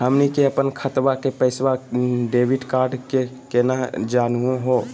हमनी के अपन खतवा के पैसवा डेबिट कार्ड से केना जानहु हो?